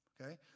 okay